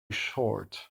short